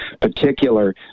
particular